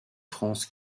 france